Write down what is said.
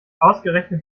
ausgerechnet